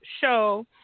show